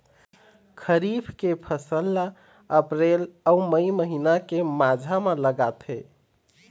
खरीफ के फसल ला अप्रैल अऊ मई महीना के माझा म लगाथे